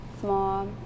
Small